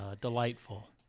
Delightful